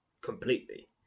completely